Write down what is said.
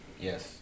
Yes